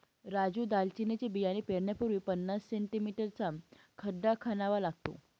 राजू दालचिनीचे बियाणे पेरण्यापूर्वी पन्नास सें.मी चा खड्डा खणावा लागतो